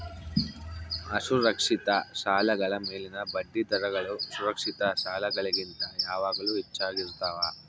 ಅಸುರಕ್ಷಿತ ಸಾಲಗಳ ಮೇಲಿನ ಬಡ್ಡಿದರಗಳು ಸುರಕ್ಷಿತ ಸಾಲಗಳಿಗಿಂತ ಯಾವಾಗಲೂ ಹೆಚ್ಚಾಗಿರ್ತವ